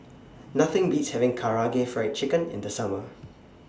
Nothing Beats having Karaage Fried Chicken in The Summer